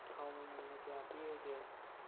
ꯊꯥꯎ ꯃꯥꯃꯟꯅ ꯀꯌꯥ ꯄꯤꯔꯤꯒꯦ